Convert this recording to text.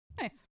Nice